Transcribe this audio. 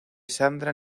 sandra